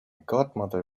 godmother